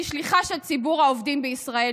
אני שליחה של ציבור העובדים בישראל,